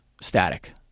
static